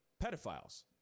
pedophiles